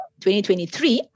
2023